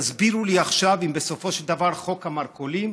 תסבירו לי עכשיו אם בסופו של דבר חוק המרכולים